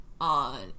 on